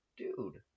dude